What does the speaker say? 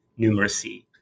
numeracy